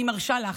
אני מרשה לך.